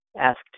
asked